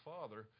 Father